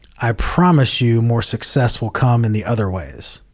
i promise you more success will come in the other ways.